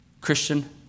Christian